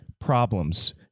problems